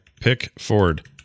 Pickford